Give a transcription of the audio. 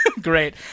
Great